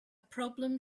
problem